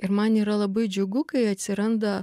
ir man yra labai džiugu kai atsiranda